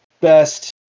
best